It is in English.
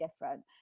different